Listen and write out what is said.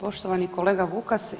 Poštovani kolega Vukas.